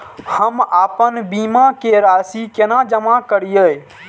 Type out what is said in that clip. हम आपन बीमा के राशि केना जमा करिए?